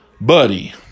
Buddy